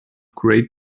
great